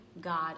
God